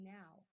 now